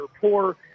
poor